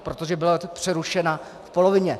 Protože byla přerušena v polovině.